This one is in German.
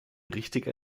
richtige